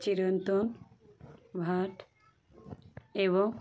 চিরন্তন ভাট এবং